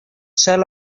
shall